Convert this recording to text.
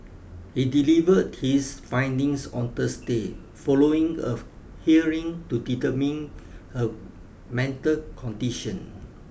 he delivered his findings on Thursday following of hearing to determine her mental condition